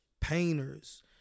painters